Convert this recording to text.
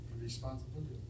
responsibility